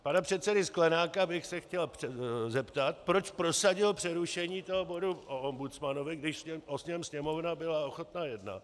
Pana předsedy Sklenáka bych se chtěl zeptat, proč prosadil přerušení toho bodu o ombudsmanovi, když o něm Sněmovna byla ochotna jednat.